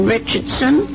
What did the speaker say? Richardson